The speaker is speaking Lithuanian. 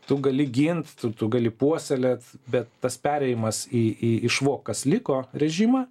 tu gali gint tu tu gali puoselėt bet tas perėjimas į į išvok kas liko režimą